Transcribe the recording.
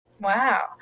Wow